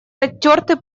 оттерты